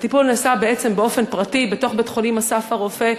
הטיפול נעשה בעצם באופן פרטי בתוך בית-החולים "אסף הרופא",